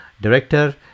Director